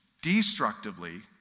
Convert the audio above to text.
destructively